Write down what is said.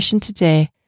today